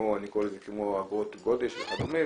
אני קורא לזה כמו אגרות גודש וכדומה,